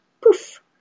poof